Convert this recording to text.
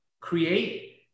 create